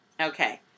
Okay